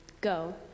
Go